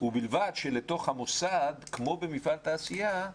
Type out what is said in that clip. ובלבד שלתוך המוסד, כמו במפעל תעשייה,